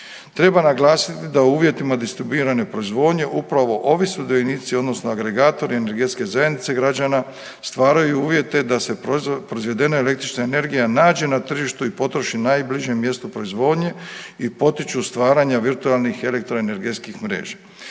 Treba naglasiti da u uvjetima distribuirane proizvodnje upravo ovi sudionici odnosno agregatori energetske zajednice građana stvaraju uvjete da se proizvedena električna energija nađe na tržištu i potroši najbližem mjestu proizvodnje i potiču stvaranja virtualnih elektroenergetskih mreža.